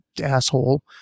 asshole